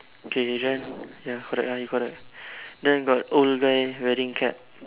okay this one ya correct ah you correct then got old guy wearing cap